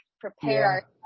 prepare